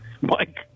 Mike